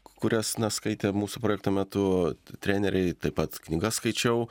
kurias na skaitė mūsų projekto metu treneriai taip pat knygas skaičiau